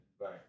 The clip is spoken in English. Right